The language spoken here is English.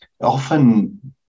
often